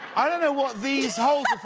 i don't know what these holes